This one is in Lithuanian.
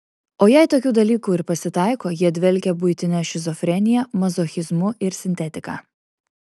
o jei tokių dalykų ir pasitaiko jie dvelkia buitine šizofrenija mazochizmu ir sintetika